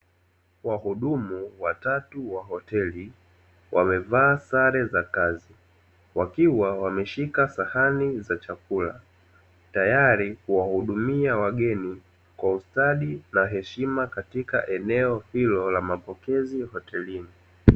Wahudumu watatu wa hoteli wamevaa sare za kazi wakiwa wameshika sahani za chakula, tayari kuwahudumia wageni kwa ustadi na heshima katika eneo hilo la mapokezi hotelini.